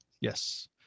Yes